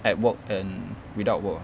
at work and without work